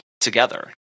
together